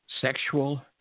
sexual